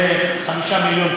שעולה 5 מיליון,